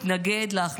התנגד להחלטה.